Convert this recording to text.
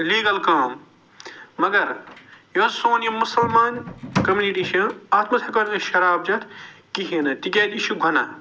legal کٲم مگر یۄس سون یہِ مُسلمان کٔمنِٹی چھِ اَتھ منٛز ہٮ۪کو نہٕ أسۍ شراب چَتھ کِہیٖنۍ نہٕ تِکیٛازِ یہِ چھُ گُناہ